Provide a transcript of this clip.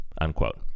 unquote